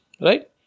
right